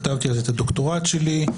כתבתי על זה את הדוקטורט שלי,